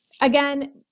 again